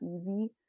easy